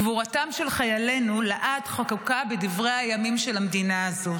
גבורתם של חיילינו לעד חקוקה בדברי הימים של המדינה הזאת.